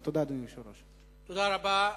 תודה רבה.